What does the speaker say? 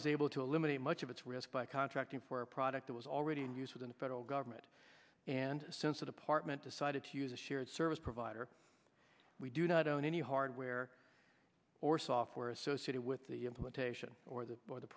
is able to eliminate much of its risk by contracting for a product that was already in use with the federal government and since the department decided to use a shared service provider we do not own any hardware or software associated with the implementation or the buy the